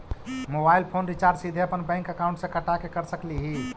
Mobile phone recharge सीधे अपन bank account से कटा के कर सकली ही?